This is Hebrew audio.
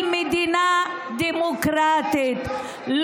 במצב של מדינה דמוקרטית,